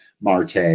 Marte